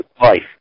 life